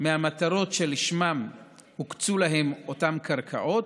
מהמטרות שלשמן הוקצו להן אותן קרקעות,